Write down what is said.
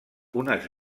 unes